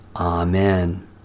Amen